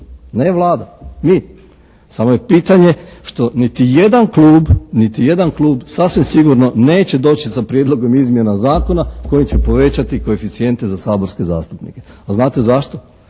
ne Vlada. Mi! Samo je pitanje što niti jedan klub, niti jedan klub sasvim sigurno neće doći sa prijedlogom izmjena zakona kojim će povećati koeficijente za saborske zastupnike. A znate zašto?